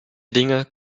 dinge